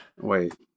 Wait